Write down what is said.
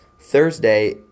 Thursday